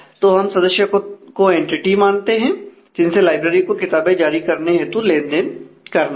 तो हम सदस्यों को एंटीटी में मानते हैं जिनसे लाइब्रेरी को किताबें जारी करने हेतु लेनदेन करना है